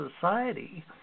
society